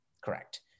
Correct